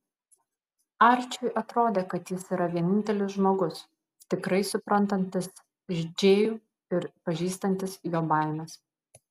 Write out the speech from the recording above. arčiui atrodė kad jis yra vienintelis žmogus tikrai suprantantis džėjų ir pažįstantis jo baimes